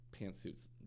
pantsuits